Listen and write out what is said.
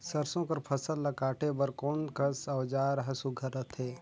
सरसो कर फसल ला काटे बर कोन कस औजार हर सुघ्घर रथे?